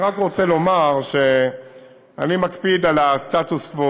אני רק רוצה לומר שאני מקפיד על הסטטוס-קוו,